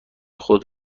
خود